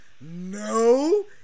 No